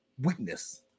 weakness